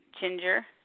Ginger